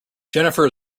jennifer